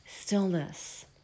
stillness